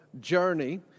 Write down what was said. journey